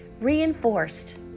reinforced